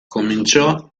cominciò